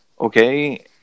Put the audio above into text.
okay